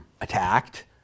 attacked